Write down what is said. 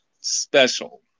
special